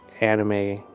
anime